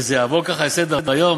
וזה יעבור ככה על סדר-היום.